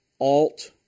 alt